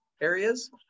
areas